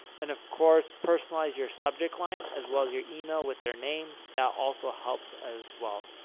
and, of course, personalize your subject line, as well as your email with their name. that also helps, as well.